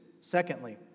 Secondly